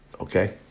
okay